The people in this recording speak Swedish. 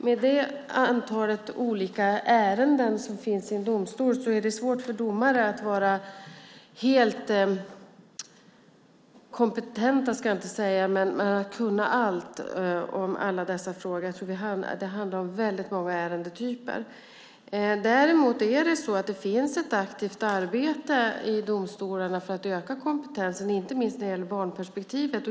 Med det antal olika ärenden som finns i en domstol är det svårt för domare att kunna allt om alla frågor. Det handlar om väldigt många ärendetyper. Det finns ett aktivt arbete i domstolarna för att öka kompetensen, inte minst när det gäller barnperspektivet.